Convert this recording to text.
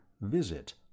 visit